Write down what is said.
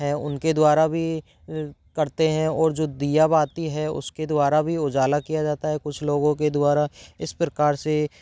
हैं उनके द्वारा भी करते हैं और जो दीया बाती है उसके द्वारा भी उजाला किया जाता है कुछ लोगों के द्वारा इस प्रकार से